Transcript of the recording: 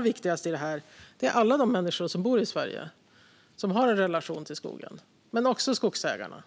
viktigast i det är alla de människor som bor i Sverige och som har en relation till skogen, men också skogsägarna.